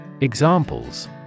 Examples